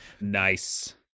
Nice